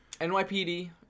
NYPD